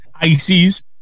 Ices